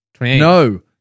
No